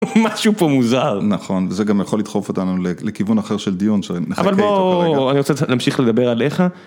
משהו פה מוזר נכון זה גם יכול לדחוף אותנו לכיוון אחר של דיון שאני רוצה להמשיך לדבר עליך.